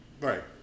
Right